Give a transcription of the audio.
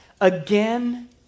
again